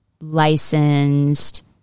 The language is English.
licensed